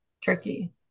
tricky